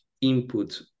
input